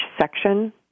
section